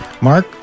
Mark